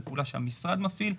זאת פעולה שהמשרד מפעיל.